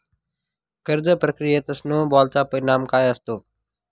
कर्ज प्रक्रियेत स्नो बॉलचा परिणाम काय असतो?